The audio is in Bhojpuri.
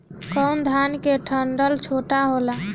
कौन धान के डंठल छोटा होला?